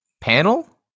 panel